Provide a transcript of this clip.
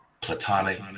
platonic